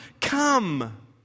come